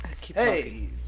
hey